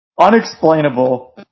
Unexplainable